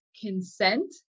consent